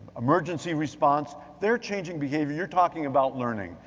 emergency response, they're changing behavior, you're talking about learning.